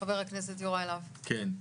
חבר הכנסת יוראי להב, בבקשה.